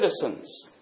citizens